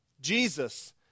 Jesus